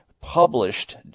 published